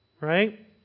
right